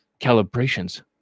calibrations